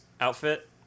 outfit